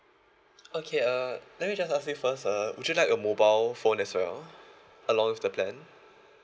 okay uh let me just ask you first uh would you like a mobile phone as well along with the plan